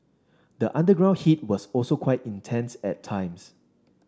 the underground heat was also quite intense at times